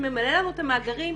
שממלא לנו את המאגרים,